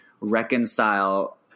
reconcile